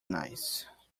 nice